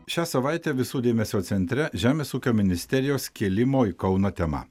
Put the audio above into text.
šią savaitę visų dėmesio centre žemės ūkio ministerijos kėlimo į kauną tema